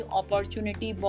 opportunity